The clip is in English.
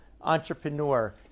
entrepreneur